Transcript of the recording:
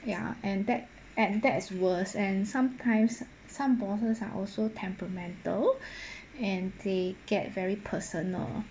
ya and that and that's worse and sometimes some bosses are also temperamental and they get very personal